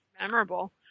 memorable